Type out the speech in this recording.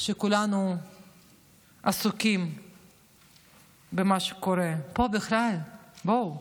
שכולנו עסוקים במה שקורה, פה בכלל, בואו,